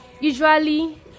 usually